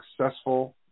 successful